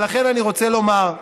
לכן אני רוצה לומר,